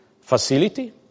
facility